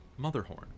Motherhorn